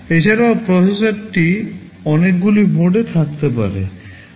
এছাড়াও প্রসেসরটি অনেকগুলি মোডে থাকতে পারে